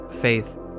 faith